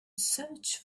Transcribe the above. search